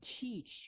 teach